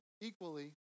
equally